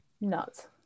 nuts